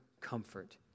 comfort